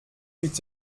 huit